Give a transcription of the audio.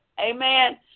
amen